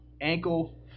ankle